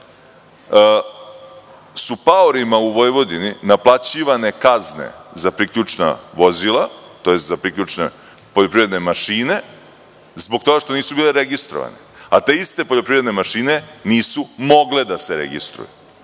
su paorima u Vojvodini naplaćivane kazne za priključna vozila, priključne poljoprivredne mašine, zbog toga što nisu bile registrovane, a te iste poljoprivredne mašine nisu mogle da se registruju.